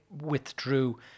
withdrew